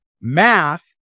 Math